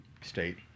state